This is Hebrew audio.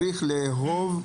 צריך לאהוב.